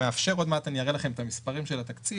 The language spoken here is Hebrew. עוד מעט אני אראה לכם את המספרים של התקציב,